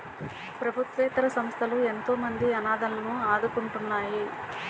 ప్రభుత్వేతర సంస్థలు ఎంతోమంది అనాధలను ఆదుకుంటున్నాయి